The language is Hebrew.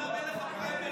אומנם אין לך פריימריז,